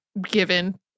given